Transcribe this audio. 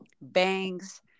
bangs